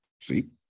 see